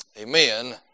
Amen